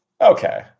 Okay